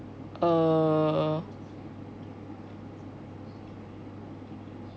err